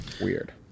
Weird